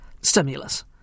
stimulus